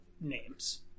names